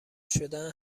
شدن